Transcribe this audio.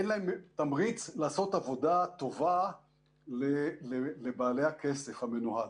אין להם תמריץ לעשות עבודה טובה לבעלי הכסף המנוהל.